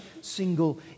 single